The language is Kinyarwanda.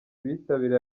bitabiriye